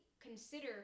consider